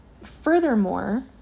furthermore